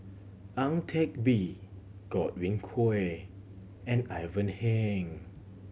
Ang Teck Bee Godwin Koay and Ivan Heng